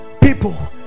people